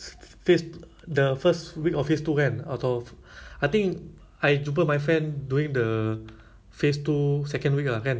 they like the the table outside is mostly like two person ah then the inside right all the table right is like